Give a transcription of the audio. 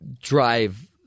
drive